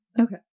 Okay